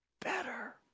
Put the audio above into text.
better